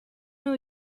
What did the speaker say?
new